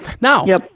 Now